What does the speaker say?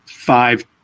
Five